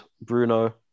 Bruno